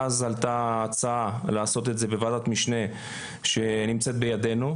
ואז עלתה ההצעה לעשות את זה בוועדת משנה שנמצאת בידינו,